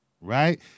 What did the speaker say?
Right